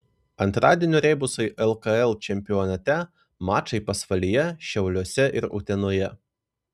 antradienio rebusai lkl čempionate mačai pasvalyje šiauliuose ir utenoje